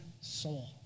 soul